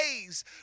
days